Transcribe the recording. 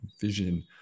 vision